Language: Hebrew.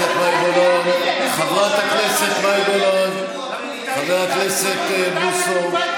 המשמעותי ביותר שלנו הוא האנשים הנפלאים שחיים כאן.